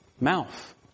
Mouth